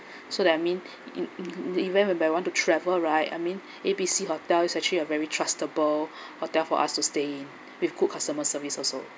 so that I mean in in in the event whereby I want to travel right I mean A B C hostel is actually a very trustable hotel for us to stay in with good customer service also